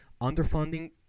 underfunding